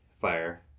fire